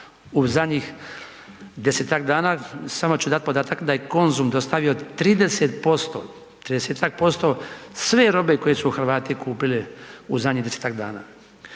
u zadnjih desetak dana samo ću dati podatak da je Konzum dostavio 30%, tridesetak posto sve robe koje su Hrvati kupili u zadnjih desetak dana,